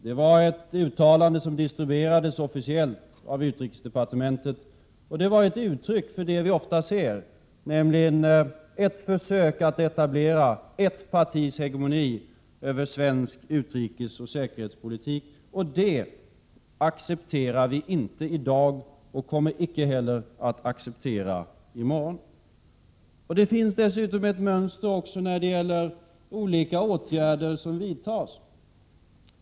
Det var ett uttalande som distribuerades officiellt av utrikesdepartementet, och det var ett uttryck för det vi ofta ser, nämligen ett försök att etablera ett partis hegemoni över svensk utrikesoch säkerhetspolitik. Det accepterar vi inte i dag och kommer icke heller att acceptera i morgon. Det finns dessutom ett mönster också när det gäller olika åtgärder som vidtas.